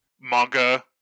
manga